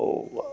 ഓ വാ